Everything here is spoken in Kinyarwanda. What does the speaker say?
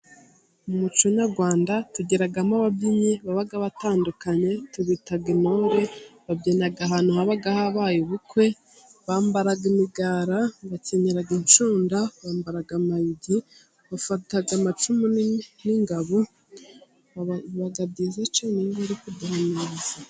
Mu muco nyarwanda tugira ababyinnyi baba batandukanye, tubita intore babyina ahantu haba habaye ubukwe, bambara imigara, bakenyera inshunda, bambara amayugi, bafata amacumu n' ingabo biba byiza cyane iyo bari guhamiriza.